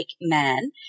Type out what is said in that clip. man